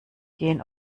gehen